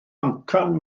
amcan